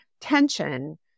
tension